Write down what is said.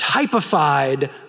typified